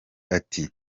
ati